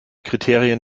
kriterien